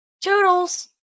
Toodles